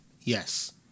Yes